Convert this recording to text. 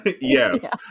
Yes